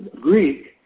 Greek